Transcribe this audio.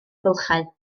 bylchau